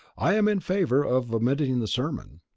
i am in favour of omitting the sermon.